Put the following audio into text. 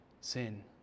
sin